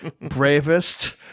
bravest